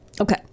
Okay